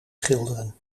schilderen